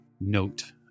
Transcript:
note